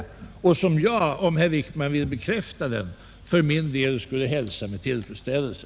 Om herr Wickman ville bekräfta detta, skulle iag för min del hälsa det med tillfredsställelse.